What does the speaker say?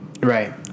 Right